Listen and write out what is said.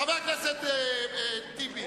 חבר הכנסת טיבי,